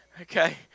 okay